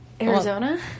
Arizona